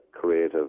creative